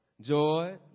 joy